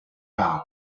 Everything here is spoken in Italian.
brown